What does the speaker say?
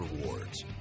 rewards